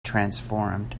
transformed